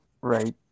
Right